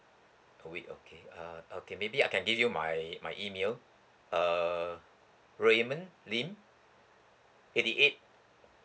a week okay uh okay maybe I can give you my my email err raymond lin eighty eight